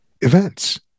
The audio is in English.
events